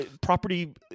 property